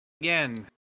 again